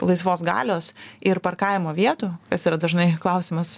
laisvos galios ir parkavimo vietų kas yra dažnai klausimas